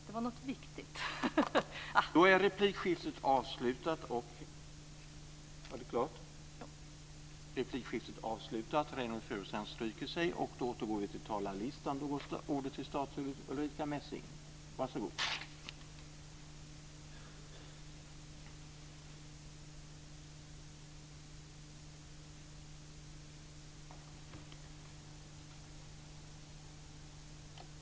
Det var något viktigt, men talartiden är tydligen slut.